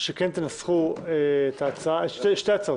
מציע שתנסחו שתי הצעות,